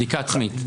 בדיקה עצמית.